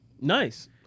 Nice